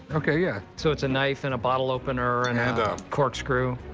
ok. yeah. so it's a knife, and a bottle opener, and and a corkscrew.